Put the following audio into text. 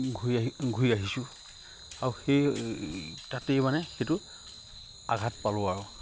ঘূৰি আহি ঘূৰি আহিছোঁ আৰু সেই তাতেই মানে সেইটো আঘাত পালোঁ আৰু